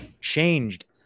changed